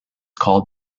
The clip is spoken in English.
called